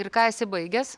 ir ką esi baigęs